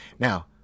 Now